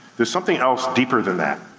there's something else deeper than that.